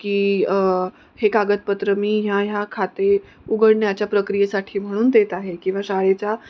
की हे कागदपत्र मी ह्या ह्या खाते उघडण्याच्या प्रक्रियेसाठी म्हणून देत आहे किंवा शाळेच्या